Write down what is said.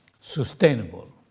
sustainable